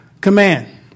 command